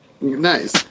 Nice